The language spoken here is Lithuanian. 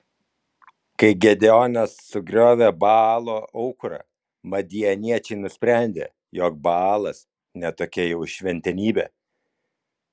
kai gedeonas sugriovė baalo aukurą madianiečiai nusprendė jog baalas ne tokia jau šventenybė